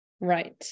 Right